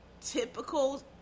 typical